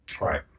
Right